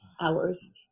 hours